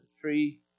tree